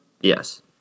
Yes